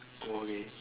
Colgate